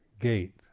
gate